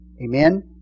Amen